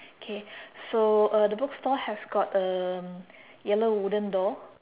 K so uh the bookstore has got um yellow wooden door